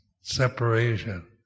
separation